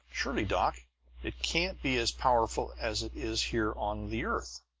surely, doc it can't be as powerful as it is here on the earth?